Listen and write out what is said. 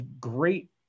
great